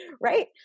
Right